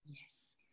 Yes